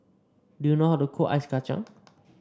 do you know how to cook Ice Kachang